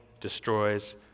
destroys